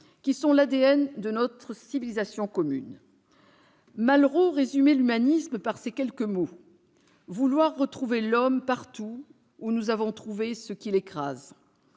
qui sont l'ADN de notre civilisation commune. Malraux résumait l'humanisme par ces quelques mots :« Vouloir retrouver l'homme partout où nous avons trouvé ce qui l'écrase